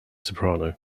soprano